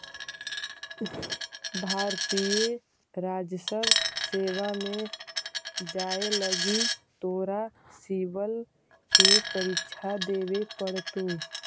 भारतीय राजस्व सेवा में जाए लगी तोरा सिवल के परीक्षा देवे पड़तो